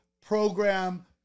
program